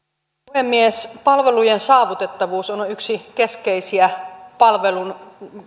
puhemies palvelujen saavutettavuus on on yksi keskeisiä palvelun